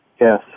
Yes